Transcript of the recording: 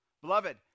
Beloved